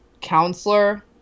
counselor